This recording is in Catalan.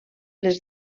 les